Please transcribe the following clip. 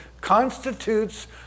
constitutes